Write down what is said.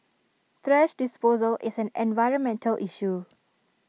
thrash disposal is an environmental issue